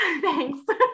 Thanks